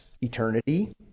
eternity